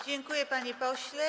Dziękuję, panie pośle.